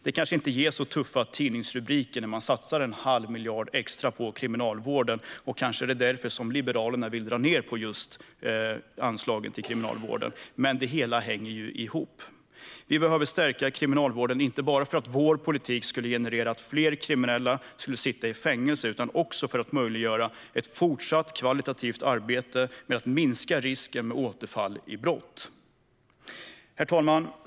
Det kanske inte ger särskilt tuffa tidningsrubriker att satsa en halv miljard extra på Kriminalvården. Kanske är det därför Liberalerna vill dra ned på just de anslagen. Men det hela hänger ihop. Vi behöver stärka Kriminalvården, inte bara för att vår politik skulle leda till att fler kriminella skulle sitta i fängelse utan också för att möjliggöra ett fortsatt kvalitativt arbete med att minska risken för återfall i brott. Herr talman!